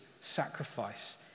sacrifice